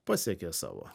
pasiekė savo